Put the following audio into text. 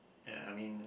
uh I mean